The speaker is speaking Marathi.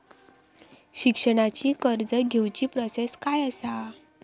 शिक्षणाची कर्ज घेऊची प्रोसेस काय असा?